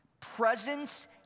Presence